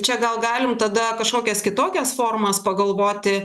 čia gal galim tada kažkokias kitokias formas pagalvoti